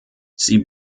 sie